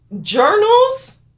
Journals